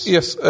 Yes